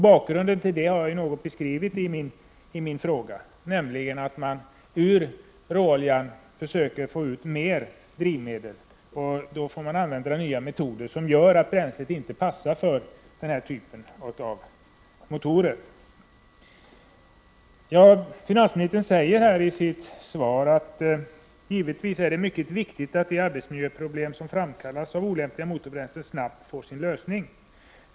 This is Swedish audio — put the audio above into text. Bakgrunden till denna utveckling har jag kort beskrivit i min fråga, nämligen hur man ur råoljan försöker få ut alltmer drivmedel. Då får man använda nya metoder, som gör att bränslet inte passar för den här typen av motorer. Finansministern säger i sitt svar att det givetvis är ”mycket viktigt att de arbetsmiljöproblem som framkallas av olämpliga motorbränslen snabbt får sin lösning.